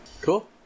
Cool